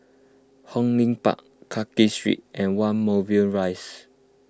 Hong Lim Park Clarke Street and one Moulmein Rise